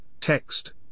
text